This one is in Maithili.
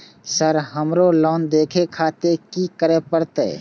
सर हमरो लोन देखें खातिर की करें परतें?